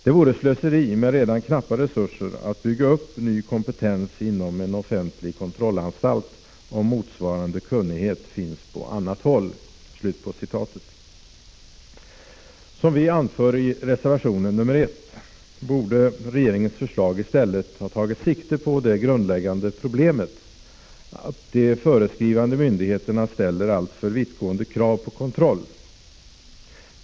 Det vore slöseri med redan knappa resurser att bygga upp ny kompetens inom en offentlig kontrollanstalt om motsvarande kunnighet finns på annat håll.” Som vi anför i reservationen nr 1, borde regeringen i förslaget i stället ha tagit sikte på det grundläggande problemet att de föreskrivande myndigheterna ställer alltför vittgående krav på kontroll.